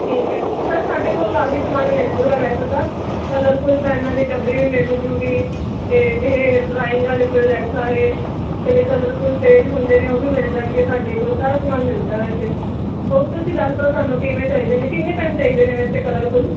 ਠੀਕ ਹੈ ਸਰ ਸਾਡੇ ਕੋਲ ਕਾਫ਼ੀ ਸਮਾਨ ਮਿਲ ਜਾਵੇਗਾ ਵੈਸੇ ਤਾਂ ਕਲਰਫੁੱਲ ਪੈੱਨਾਂ ਦੀ ਡੱਬੀ ਵੀ ਮਿਲ ਜਾਵੇਗੀ ਅਤੇ ਇਹ ਡਰਾਇੰਗ ਵਾਲੇ ਪ੍ਰੋਜੈਕਟ ਸਾਰੇ ਜਿਹੜੇ ਕਲਰਫੁੱਲ ਪੇਜ ਹੁੰਦੇ ਨੇ ਉਹ ਵੀ ਮਿਲ ਜਾਣਗੇ ਸਾਡੇ ਕੋਲ ਸਾਰਾ ਸਮਾਨ ਮਿਲਦਾ ਵੈਸੇ ਹੋਰ ਤੁਸੀਂ ਦੱਸ ਦਿਓ ਤੁਹਾਨੂੰ ਕਿਵੇਂ ਚਾਹੀਦੇ ਨੇ ਕਿੰਨੇ ਪੈੱਨ ਚਾਹੀਦੇ ਨੇ ਵੈਸੇ ਕਲਰਫੁੱਲ